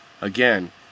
Again